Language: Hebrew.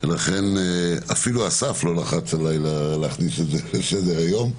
לכן אפילו אסף לא לחץ עליי להכניס את זה לסדר-היום.